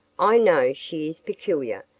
i know she is peculiar,